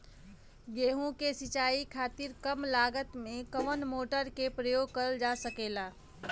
गेहूँ के सिचाई खातीर कम लागत मे कवन मोटर के प्रयोग करल जा सकेला?